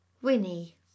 Winnie